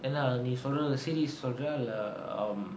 என்ன நீ சொல்றது:enna nee solrathu series சொல்றியா இல்ல:solriyaa illa